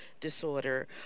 disorder